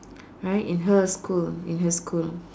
right in her school in her school